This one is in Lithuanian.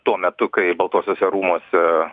tuo metu kai baltuosiuose rūmuose